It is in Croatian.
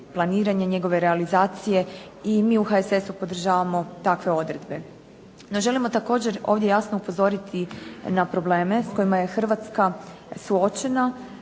planiranja i njegove realizacije i mi u HSS-u podržavamo takve odredbe. No želimo također ovdje jasno upozoriti na probleme s kojima je Hrvatska suočena